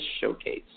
showcase